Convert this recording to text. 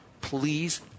please